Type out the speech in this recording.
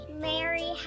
Mary